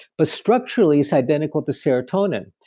but structurally it's identical to serotonin,